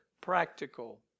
practical